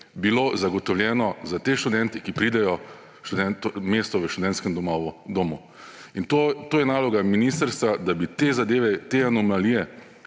bilo zagotovljeno za te študente, ki pridejo, mesto v študentskem domu. To je naloga ministrstva, da bi te zadeve, te anomalije